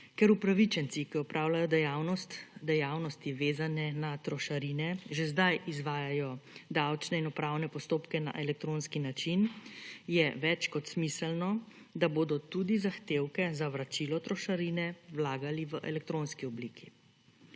Ker upravičenci, ki opravljajo dejavnosti, vezane na trošarine, že zdaj izvajajo davčne in upravne postopke na elektronski način, je več kot smiselno, da bodo tudi zahtevke za vračilo trošarine vlagali v elektronski obliki.